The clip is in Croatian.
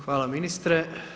Hvala ministre.